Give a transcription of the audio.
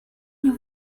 you